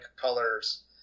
colors